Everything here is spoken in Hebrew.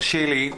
תרשי לי גברתי,